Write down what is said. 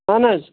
اہن حظ